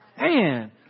Man